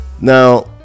Now